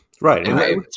Right